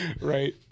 Right